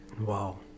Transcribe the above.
Wow